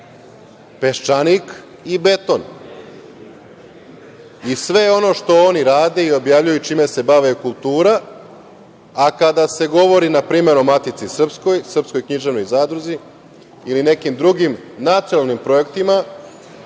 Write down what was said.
„Peščanik“ i „Beton“ i sve ono što oni rade i objavljuju čime se bave je kultura, a kada se govori na primer o Matici srpskoj, Srpskoj književnoj zadruzi ili nekim drugim nacionalnim projektima